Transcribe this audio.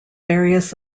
various